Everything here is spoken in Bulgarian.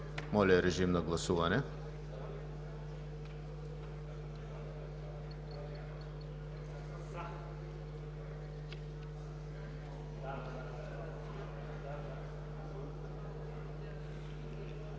Моля, режим на гласуване